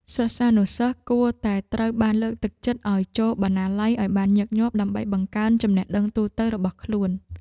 សិស្សានុសិស្សគួរតែត្រូវបានលើកទឹកចិត្តឱ្យចូលបណ្ណាល័យឱ្យបានញឹកញាប់ដើម្បីបង្កើនចំណេះដឹងទូទៅរបស់ខ្លួន។